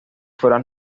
fueran